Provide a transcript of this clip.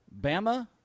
Bama